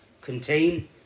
contain